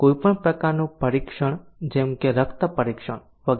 કોઈપણ પ્રકારનું પરીક્ષણ જેમ કે રક્ત પરીક્ષણ વગેરે